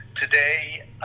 today